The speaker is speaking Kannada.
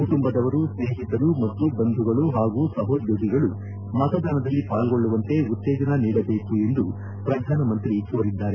ಕುಟುಂಬದವರು ಸ್ನೇಹಿತರು ಮತ್ತು ಬಂಧುಗಳು ಪಾಗೂ ಸಹೋದ್ಯೋಗಿಗಳು ಮತದಾನದಲ್ಲಿ ಪಾಲ್ಗೊಳ್ಳುವಂತೆ ಉತ್ತೇಜನ ನೀಡಬೇಕು ಎಂದು ಪ್ರಧಾನಿ ಕೋರಿದ್ದಾರೆ